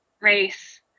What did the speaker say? race